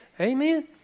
Amen